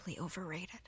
overrated